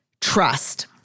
trust